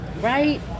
Right